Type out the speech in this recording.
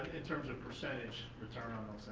in terms of percentage, return on